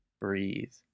breathe